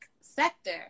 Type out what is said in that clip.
sector